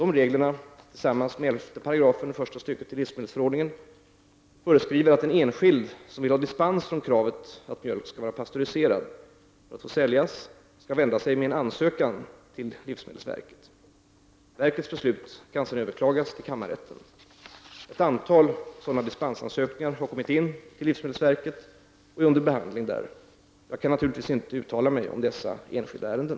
Dessa regler, tillsammans med 11 § första stycket i livsmedelsförordningen, föreskriver att en enskild som vill ha dispens från kravet att mjölk skall vara pastöriserad för att få säljas skall vända sig med en ansökan till livsmedels verket. Verkets beslut kan överklagas till kammarrätten. Ett antal sådana dispensansökningar har kommit in till livsmedelsverket och är under behandling. Jag kan naturligtvis inte uttala mig om dessa enskilda ärenden.